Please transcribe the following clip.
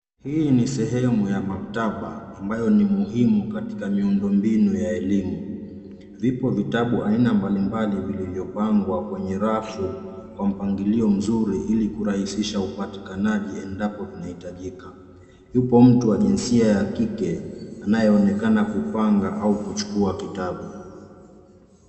Hii ni sehemu ya maktaba ambayo ni muhimu katika miundombinu ya elimu. Vipo vitabu aina mbalimbali vilivyopangwa kwenye rafu kwa mpangilio mzuri ili kurahisisha upatikanaji endapo vinahitajika. Yupo mtu wa jinsia ya kike anayeonekana kupanga au kuchukua kitabu.